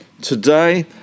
today